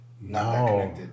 no